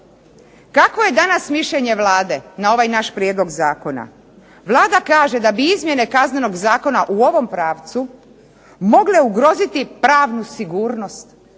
Kako je danas mišljenje Vlade na ovaj naš prijedlog zakona? Vlada kaže da bi izmjene Kaznenog zakona u ovom pravcu mogle ugroziti pravnu sigurnost.